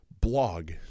blog